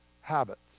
habits